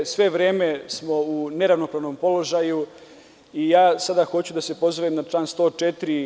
Sve vreme smo u neravnopravnom položaju i zato ja sada hoću da se pozovem na član 104.